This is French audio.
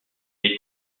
est